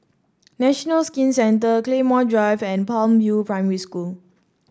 National Skin Centre Claymore Drive and Palm View Primary School